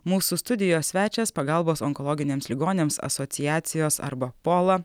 mūsų studijos svečias pagalbos onkologiniams ligoniams asociacijos arba pola